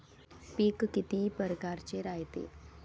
पिकं किती परकारचे रायते?